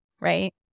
right